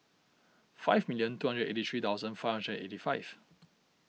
five million two hundred eighty three thousand five hundred eighty five